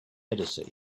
editor